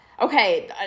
okay